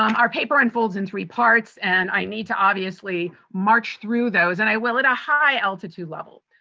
our paper unfolds in three parts and i need to obviously march through those and i will at a high altitude level.